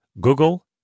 Google